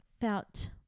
felt